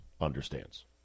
understands